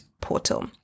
portal